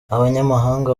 abanyamahanga